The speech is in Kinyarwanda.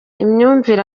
imyumvire